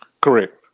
Correct